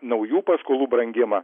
naujų paskolų brangimą